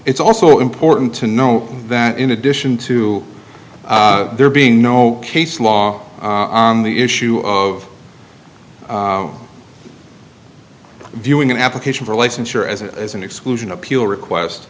it's also important to know that in addition to there being no case law on the issue of viewing an application for a license or as a as an exclusion appeal request